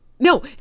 No